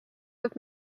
with